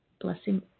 blessing